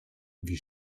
wie